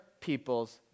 people's